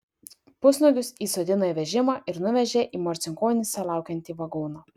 pusnuogius įsodino į vežimą ir nuvežė į marcinkonyse laukiantį vagoną